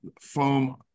foam